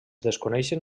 desconeixen